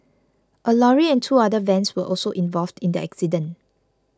a lorry and two other vans were also involved in the accident